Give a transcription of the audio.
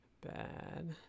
bad